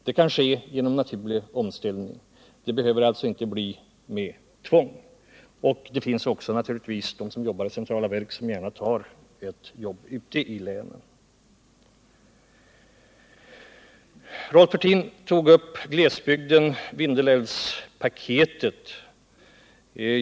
Det kan ske genom naturlig omställning, utan tvång. Det finns naturligtvis också anställda vid centrala verk som gärna tar ett arbete ute i landet. Rolf Wirtén tog upp glesbygden och Vindelälvspaketet.